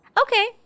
Okay